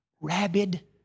rabid